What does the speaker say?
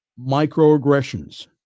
Microaggressions